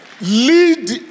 Lead